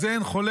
על זה אין חולק,